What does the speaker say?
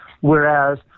whereas